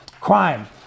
Crime